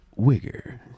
Wigger